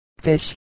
fish